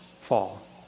fall